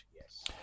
Yes